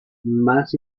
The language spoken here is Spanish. más